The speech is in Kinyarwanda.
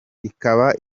ikaba